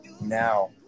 now